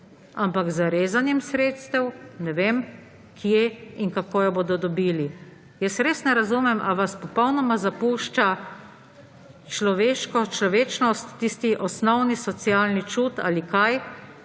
Ampak z rezanjem sredstev, ne vem, kje in kako jo bodo dobili. Jaz res ne razumem, ali vas popolnoma zapušča človečnost, tisti osnovni socialni čut ali kaj,